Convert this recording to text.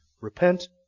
Repent